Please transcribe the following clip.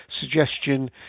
suggestion